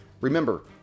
remember